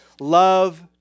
love